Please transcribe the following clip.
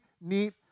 neat